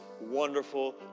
wonderful